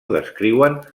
descriuen